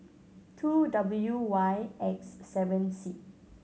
two W Y X seven C